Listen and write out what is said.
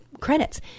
credits